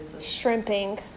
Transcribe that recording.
Shrimping